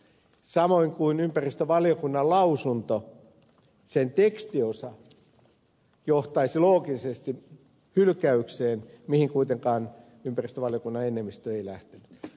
samoin ympäristövaliokunnan lausunnon tekstiosa johtaisi loogisesti hylkäykseen mihin kuitenkaan ympäristövaliokunnan enemmistö ei päätynyt